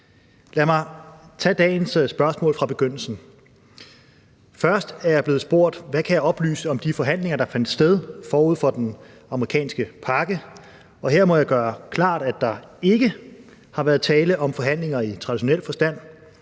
Lad mig tage dagens spørgsmål fra begyndelsen. Først er jeg blevet spurgt, hvad jeg kan oplyse om de forhandlinger, der fandt sted forud for den amerikanske pakke. Og her må jeg gøre klart, at der ikke har været tale om forhandlinger i traditionel forstand.